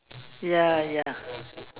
ya ya